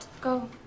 Go